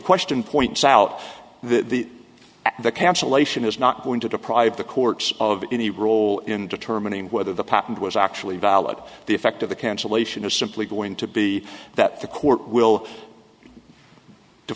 question points out that the the cancellation is not going to deprive the courts of any role in determining whether the patent was actually valid the effect of the cancellation is simply going to be that the court will